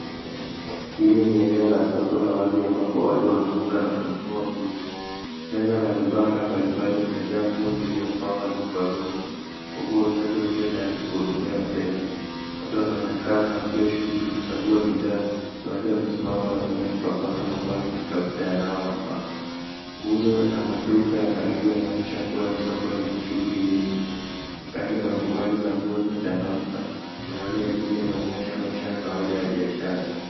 Hili ni eneo la wazi ambapo watu wanauza na kununua nguo. Meza na vibanda mbali mbali zimejaa nguo zilizopangwa juu kwa rundo, huku wauzaji wakiwa tayari kuhudumia wateja. Watu wanaonekana wakiwa shughuli kuchagua bidhaa, baadhi wamesimama, na wengine wakipapasa mavazi kutafuta yanayo wafaa. Nguzo na maduka ya karibu yanaonyesha kua ni soko lenye shughuli nyingi. Rangi mbali mbali za nguo zinachangamka, na hali ya jumla inaonyesha maisha ya kawaida ya biashara.